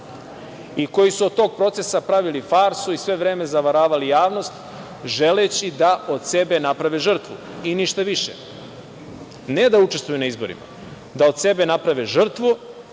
i koji su od tog procesa pravili farsu i sve vreme zavaravali javnost želeći da od sebe naprave žrtvu i ništa više. Dakle, ne da učestvuju na izborima, već da od sebe naprave žrtvu